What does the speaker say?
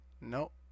Nope